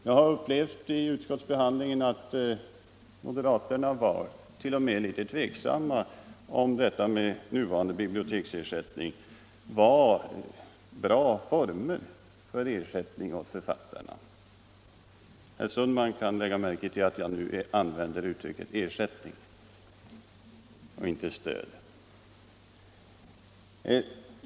Jag har t.o.m. under utskottsbehandlingen upplevt att moderaterna var litet tveksamma till nuvarande former av biblioteksersättning. Herr Sundman kan lägga märke till att jag nu använder uttrycket ersättning, inte stöd.